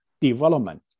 development